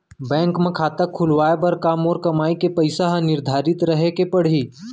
Bank म खाता खुलवाये बर का मोर कमाई के पइसा ह निर्धारित रहे के पड़ही?